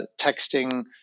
texting